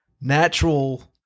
natural